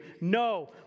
No